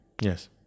Yes